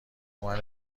منو